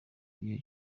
gihe